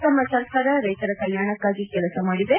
ತಮ್ಮ ಸರ್ಕಾರ ರೈತರ ಕಲ್ಯಾಣಕ್ಕಾಗಿ ಕೆಲಸ ಮಾದಿದೆ